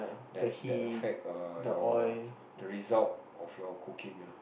that that affect err your the result of your cooking ah